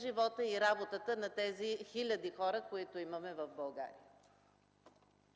живота и работата на тези хиляди хора, които имаме в България?